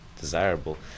desirable